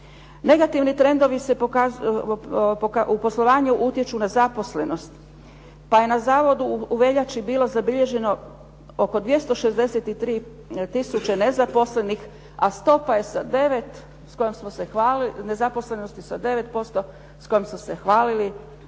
Negativni trendovi u poslovanju utječu na zaposlenost pa je na zavodu u veljači bilo zabilježeno oko 263 tisuće nezaposlenih, a stopa nezaposlenosti je sa 9% s kojom smo se hvalili,